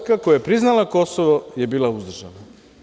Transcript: Poljska, koja je priznala Kosovo, je bila uzdržana.